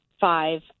five